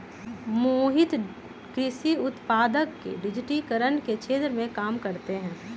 मोहित कृषि उत्पादक के डिजिटिकरण के क्षेत्र में काम करते हई